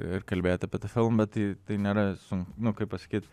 ir kalbėt apie tą filmą bet tai tai nėra su nu kaip pasakyt